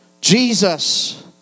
Jesus